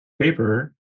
paper